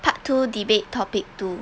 part two debate topic two